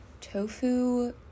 tofu